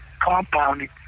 compound